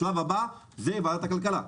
השלב הבא הוא ועדת הכלכלה.